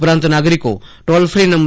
ઉપરાંત નાગરિકો toll fee નં